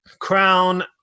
crown